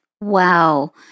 Wow